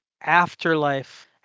afterlife